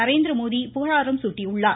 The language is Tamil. நரேந்திரமோடி புகழாரம் சூட்டியுள்ளார்